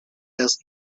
erst